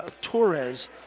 Torres